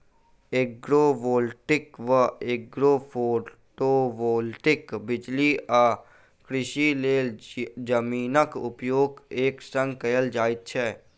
agrovoltaic वा agrophotovoltaic बिजली आ कृषिक लेल जमीनक उपयोग एक संग कयल जाइत छै